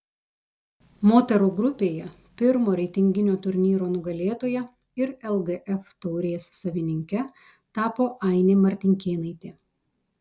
moterų grupėje pirmo reitinginio turnyro nugalėtoja ir lgf taurės savininke tapo ainė martinkėnaitė